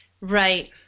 Right